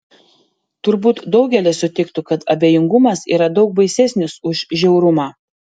turbūt daugelis sutiktų kad abejingumas yra daug baisesnis už žiaurumą